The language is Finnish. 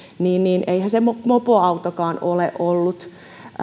eihän se mopoautokaan ole ollut